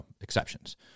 exceptions